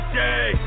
day